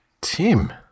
Tim